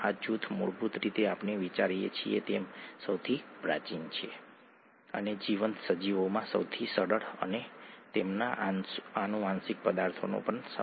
જે પણ 2 મીટર લાંબુ હોય છે જ્યારે તેને લંબાવવામાં આવે છે ત્યારે તે ત્યાં પેક થઈ જાય છે